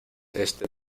este